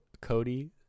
Cody